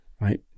right